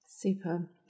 Super